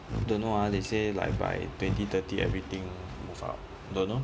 don't know ah they say like by twenty thirty everything move out don't know